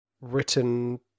written